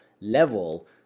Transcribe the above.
level